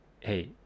Hey